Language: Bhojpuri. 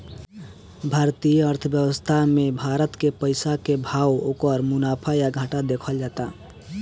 भारतीय अर्थव्यवस्था मे भारत के पइसा के भाव, ओकर मुनाफा या घाटा देखल जाता